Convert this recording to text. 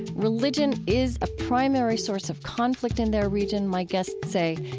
religion is a primary source of conflict in their region, my guests say,